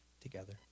together